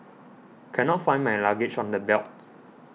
cannot find my luggage on the belt